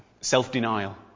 self-denial